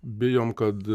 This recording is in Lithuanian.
bijom kad